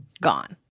gone